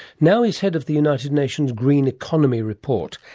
now he's head of the united nations green economy report,